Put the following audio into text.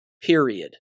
period